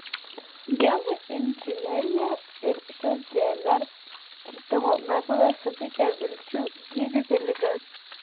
genų inžinerija ir šis dnr keitimo metodas suteikia vilčių išgydyti ligas